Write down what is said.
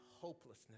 hopelessness